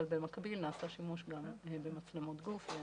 אבל במקביל נעשה שימוש גם במצלמות גוף.